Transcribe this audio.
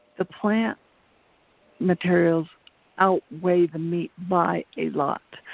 the plant materials outweigh the meat by a lot.